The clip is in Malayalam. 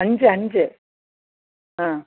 അഞ്ച് അഞ്ച് ആ